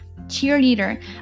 cheerleader